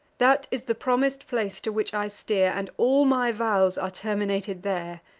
that is the promis'd place to which i steer, and all my vows are terminated there.